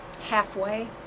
halfway